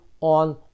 on